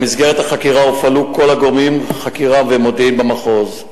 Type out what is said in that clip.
במסגרת החקירה הופעלו כל גורמי החקירה והמודיעין במחוז.